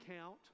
count